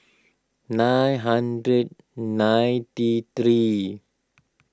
nine hundred ninety three